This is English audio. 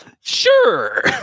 Sure